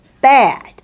bad